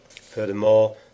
Furthermore